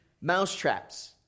mousetraps